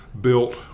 built